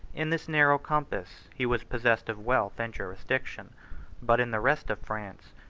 in this narrow compass, he was possessed of wealth and jurisdiction but in the rest of france,